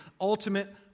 ultimate